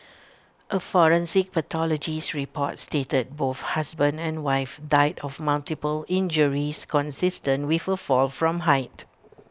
A forensic pathologist's report stated both husband and wife died of multiple injuries consistent with A fall from height